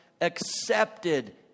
accepted